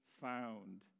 found